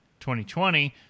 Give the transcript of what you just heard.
2020